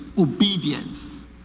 obedience